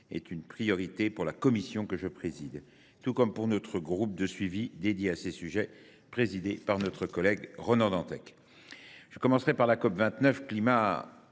est une priorité pour la commission que je préside, tout comme pour notre groupe de suivi consacré à ces sujets et présidé par notre collègue Ronan Dantec. Je commencerai par la COP29 relative